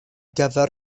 gyfer